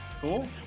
Cool